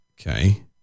Okay